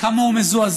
כמה הוא מזועזע,